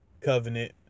Covenant